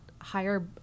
higher